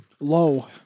low